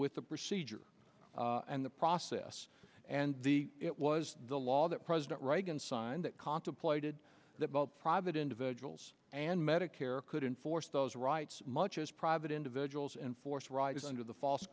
with the procedure and the process and the it was the law that president reagan signed that contemplated that both private individuals and medicare could enforce those rights much as private individuals and force right is under the false